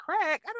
crack